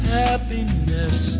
happiness